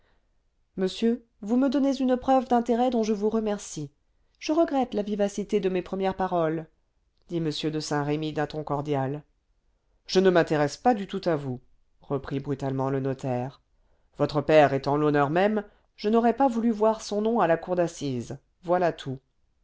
monsieur vous me donnez une preuve d'intérêt dont je vous remercie je regrette la vivacité de mes premières paroles dit m de saint-remy d'un ton cordial je ne m'intéresse pas du tout à vous reprit brutalement le notaire votre père étant l'honneur même je n'aurais pas voulu voir son nom à la cour d'assises voilà tout